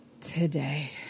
today